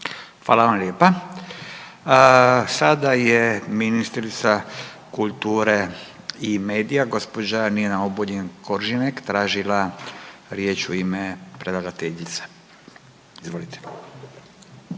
Hvala vam lijepa. Sada je ministrica kulture i medija gospođa Nina Obuljen Koržinek tražila riječ u ime predlagateljice. Izvolite.